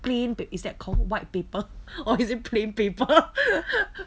plain pap~ is that called white paper or is a plain paper